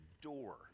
door